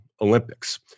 Olympics